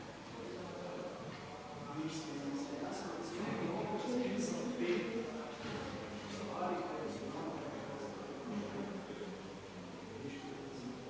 Hvala vam